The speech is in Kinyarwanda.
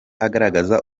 agaragaza